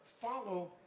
follow